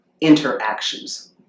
interactions